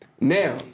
Now